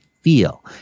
feel